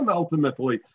ultimately